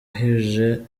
wahuje